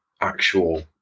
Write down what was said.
actual